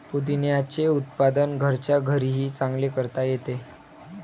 पुदिन्याचे उत्पादन घरच्या घरीही चांगले करता येते